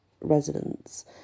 residents